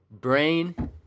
Brain